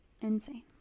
Insane